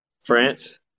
France